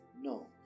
No